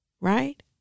Right